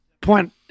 point